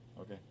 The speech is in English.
okay